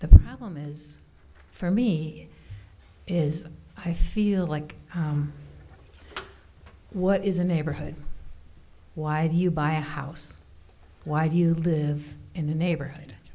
the problem is for me is i feel like what is a neighborhood why do you buy a house why do you live in a neighborhood